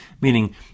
meaning